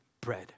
bread